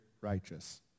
righteous